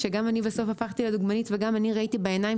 כשגם אני בסוף הפכתי לדוגמנית וראיתי בעיניים